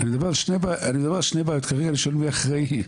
אני שואל מי אחראי,